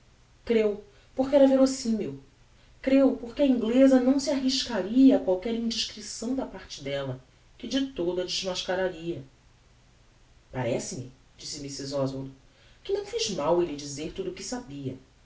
creu porque era verosimil creu porque a ingleza não se arriscaria a qualquer indiscrição da parle della que de todo a desmascararia parece-me disse mrs oswald que não fiz mal em lhe dizer tudo o que sabia